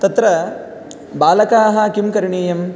तत्र बालकाः किं करणीयं